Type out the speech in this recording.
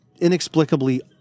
inexplicably